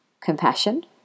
compassion